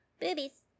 Boobies